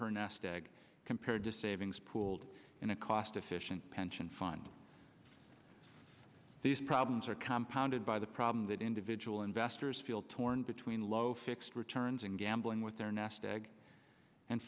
her nest egg compared to savings pooled in a cost efficient pension fund these problems are compound and by the problem that individual investors feel torn between low fixed returns in gambling with their nest egg and